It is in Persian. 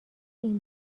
این